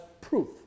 proof